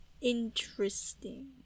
Interesting